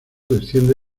desciende